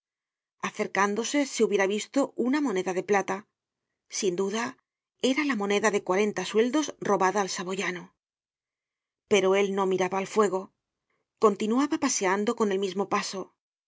acercándose se hubiera visto una moneda de plata sin duda era la moneda de cuarenta sueldos robada al saboyano pero él no miraba al fuego continuaba paseando con el mismo paso